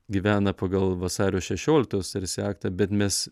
gyvena pagal vasario šešioliktos tarsi aktą bet mes